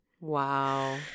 wow